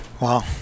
wow